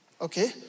Okay